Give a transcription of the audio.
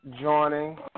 Joining